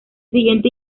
siguiente